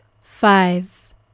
five